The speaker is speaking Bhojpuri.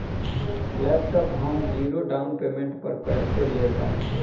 लैपटाप हम ज़ीरो डाउन पेमेंट पर कैसे ले पाएम?